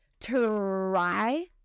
try